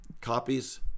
Copies